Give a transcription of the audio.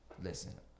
listen